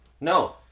No